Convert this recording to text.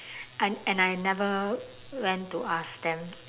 and and I never went to ask them